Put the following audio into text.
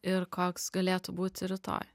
ir koks galėtų būti rytoj